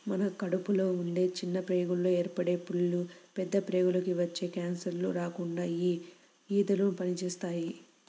మన కడుపులో ఉండే చిన్న ప్రేగుల్లో ఏర్పడే పుళ్ళు, పెద్ద ప్రేగులకి వచ్చే కాన్సర్లు రాకుండా యీ ఊదలు పనిజేత్తాయి